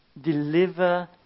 deliver